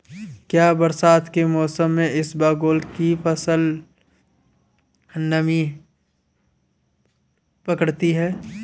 क्या बरसात के मौसम में इसबगोल की फसल नमी पकड़ती है?